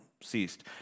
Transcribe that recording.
ceased